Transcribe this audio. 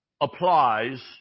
applies